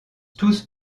tous